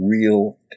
real